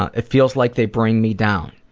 ah it feels like they bring me down.